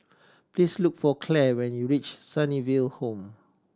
please look for Clair when you reach Sunnyville Home